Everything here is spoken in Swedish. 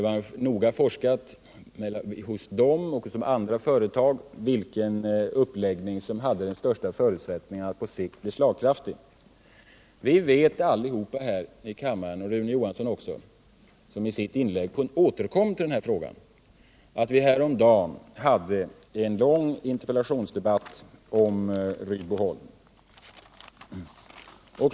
Man hade vid detta och andra företag noga undersökt vilken uppläggning som hade den största förutsättningen att på sikt bli slagkraftig. Vi vet alla här i kammaren —- även Rune Johansson i Ljungby som i sitt inlägg återkom till denna fråga — att vi häromdagen hade en lång interpellationsdebatt om Rydboholm.